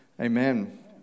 Amen